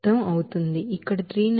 ఇక్కడ 392